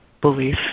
belief